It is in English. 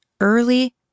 early